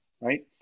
Right